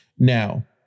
Now